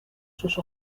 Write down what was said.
sus